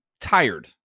tired